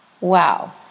Wow